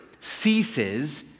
ceases